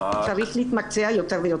צריך להתמקצע יותר ויותר,